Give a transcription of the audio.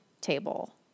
table